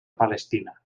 palestina